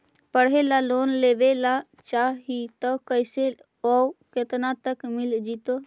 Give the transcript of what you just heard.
पढ़े ल लोन लेबे ल चाह ही त कैसे औ केतना तक मिल जितै?